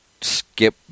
skip